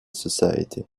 society